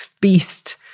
beast